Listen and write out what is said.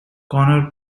connor